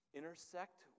intersect